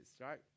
right